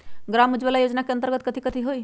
ग्राम उजाला योजना के अंतर्गत कथी कथी होई?